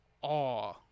awe